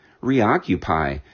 reoccupy